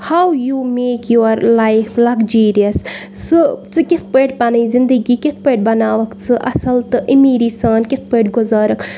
how you make your life luxurious سُہ ژٕ کِتھ پٲٹھۍ پَنٕنۍ زِندگی کِتھ پٲٹھۍ بَناوَکھ ژٕ اَصٕل تہٕ امیٖری سان کِتھ پٲٹھۍ گُزارَکھ